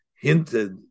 hinted